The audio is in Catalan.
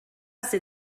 ser